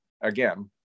again